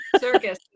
Circus